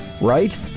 Right